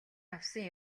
авсан